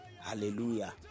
Hallelujah